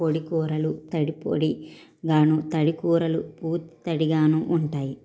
పొడికూరలు తడిపొడి గాను తడికూరలు పూర్తి తడిగాను ఉంటాయి